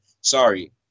Sorry